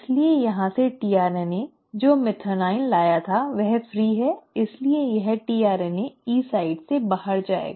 इसलिए यहां से tRNA जो मेथियोनीन लाया थावह फ्री है इसलिए यह tRNA E साइट से बाहर जाएगा